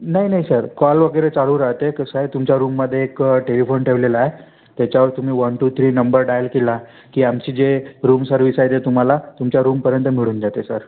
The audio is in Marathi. नाही नाही सर कॉल वगैरे चालू राहाते कसं आहे तुमच्या रूममध्ये एक टेलिफोन ठेवलेला आहे त्याच्यावर तुम्ही one two three number dial केला की आमची जे रूम सर्विस आहे ते तुम्हाला तुमच्या रूमपर्यंत मिळून जाते सर